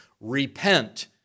repent